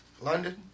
London